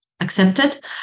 accepted